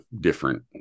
different